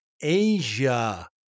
Asia